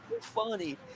Funny